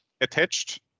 Attached